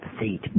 seat